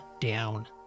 down